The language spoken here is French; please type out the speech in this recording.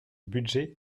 budget